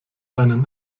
einen